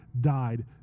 died